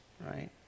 Right